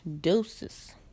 doses